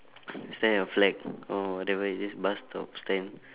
stare at your flag orh there is this bus stop stand